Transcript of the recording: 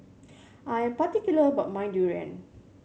I am particular about my durian